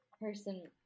person